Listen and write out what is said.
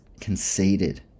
conceded